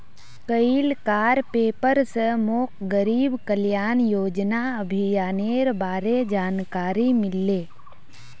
कइल कार पेपर स मोक गरीब कल्याण योजना अभियानेर बारे जानकारी मिलले